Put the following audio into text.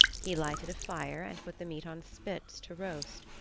he lighted a fire and put the meat on spits to roast.